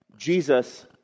Jesus